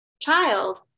child